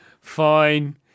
Fine